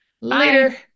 Later